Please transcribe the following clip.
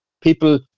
people